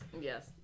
Yes